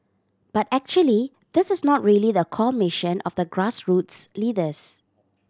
but actually this is not really the core mission of the grassroots leaders